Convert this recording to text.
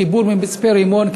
חיבור ממצפה-רמון,